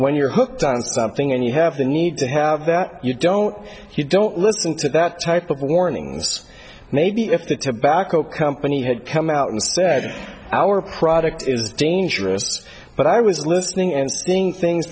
when you're hooked on something and you have the need to have that you don't you don't listen to that type of warnings maybe if the tobacco company had come out and said our product is dangerous but i was listening and seeing things